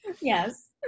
Yes